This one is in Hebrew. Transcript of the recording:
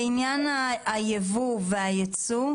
בעניין הייבוא והייצוא,